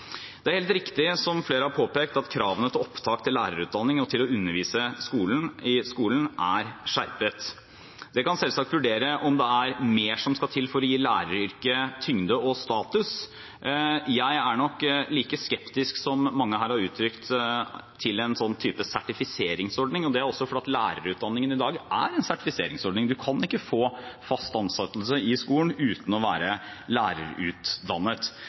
Det er helt riktig, som flere har påpekt, at kravene til opptak til lærerutdanning og til å undervise i skolen er skjerpet. Man kan selvsagt vurdere om det er mer som skal til for å gi læreryrket tyngde og status. Jeg er nok like skeptisk, som mange her har uttrykt, til en slik sertifiseringsordning. Det er fordi lærerutdanningen i dag er en sertifiseringsordning. Man kan ikke få fast ansettelse i skolen uten å være lærerutdannet.